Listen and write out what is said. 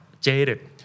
Jaded